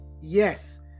yes